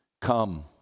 come